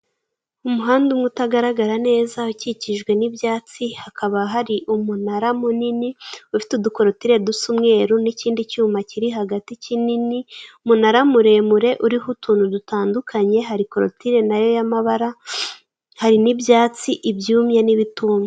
Umuhanda umwe utagaragara neza ukikijwe n'ibyatsi, hakaba hari umunara munini, ufite udukorotire dusa umweru, n'ikindi cyuma kiri hagati kinini, umunara muremure uriho utuntu dutandukanye, hari korotire nayo y'amabara hari n'ibyatsi, ibyumye n'ibitumye.